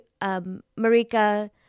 Marika